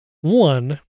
One